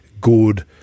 good